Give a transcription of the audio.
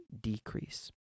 decrease